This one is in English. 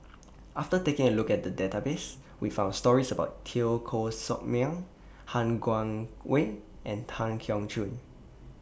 after taking A Look At The Database We found stories about Teo Koh Sock Miang Han Guangwei and Tan Keong Choon